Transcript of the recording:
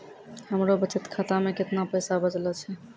हमरो बचत खाता मे कैतना पैसा बचलो छै?